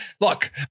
Look